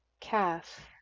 calf